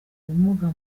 ubumuga